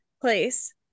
place